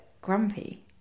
grumpy